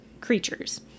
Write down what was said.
creatures